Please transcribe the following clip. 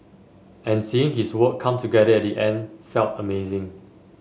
and seeing his work come together at the end felt amazing